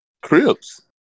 Crips